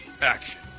Action